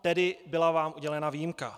Tedy byla vám udělena výjimka.